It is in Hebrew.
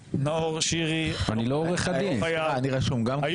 הכנסת ניר, מכיוון